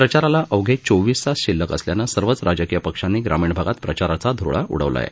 प्रचाराला अवघे चोवीस तास शिल्लक असल्यानं सर्वच राजकीय पक्षांनी ग्रामीण भागात प्रचाराचा ध्ररळा उडवला आहे